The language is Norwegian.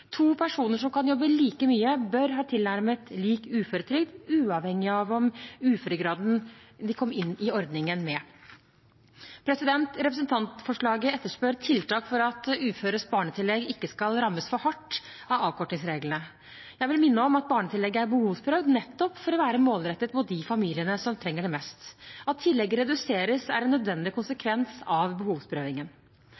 To personer som kan jobbe like mye, bør ha tilnærmet lik uføretrygd, uavhengig av uføregraden de kom inn i ordningen med. Representantforslaget etterspør tiltak for at uføres barnetillegg ikke skal rammes for hardt av avkortingsreglene. Jeg vil minne om at barnetillegget er behovsprøvd, nettopp for å være målrettet mot de familiene som trenger det mest. At tillegget reduseres, er en nødvendig